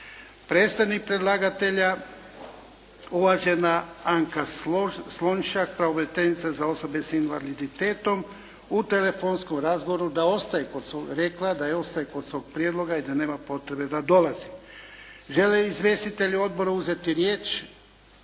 Predstavnik predlagatelja, uvažena Anka Slonšak, pravobraniteljica za osobe s invaliditetom u telefonskom razgovoru rekla da ostaje kod svog prijedloga i da nema potrebe da dolazi. Žele li izvjestitelji odbora uzeti riječ?